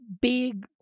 big